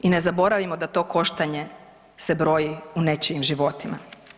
I ne zaboravimo da to koštanje se broji u nečijim životima.